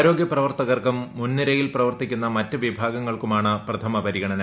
ആരോഗ്യ പ്രവർത്തകർക്കും മുൻനിരയിൽ പ്രവർത്തിക്കുന്ന മറ്റ് വിഭാഗങ്ങൾക്കുമാണ് പ്രഥമ പരിഗണന